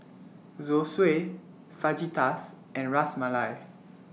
Zosui Fajitas and Ras Malai